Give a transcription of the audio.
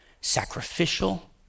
sacrificial